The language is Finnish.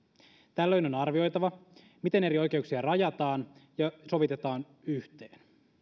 tällöin on arvioitava miten eri oikeuksia rajataan ja sovitetaan yhteen